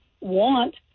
want